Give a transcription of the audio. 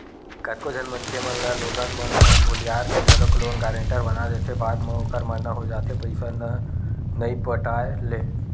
कतको झन मनखे मन ल लोगन मन ह भुलियार के घलोक लोन गारेंटर बना देथे बाद म ओखर मरना हो जाथे पइसा नइ पटाय ले